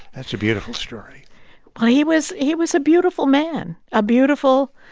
that's a beautiful story well, he was he was a beautiful man. a beautiful